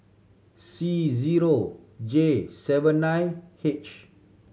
C zero J seven nine H